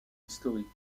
historiques